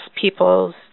people's